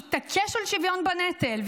התעקש על שוויון בנטל,